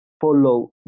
follow